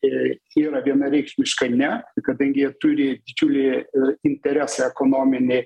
ir yra vienareikšmiškai ne kadangi jie turi didžiulį interesą ekonominį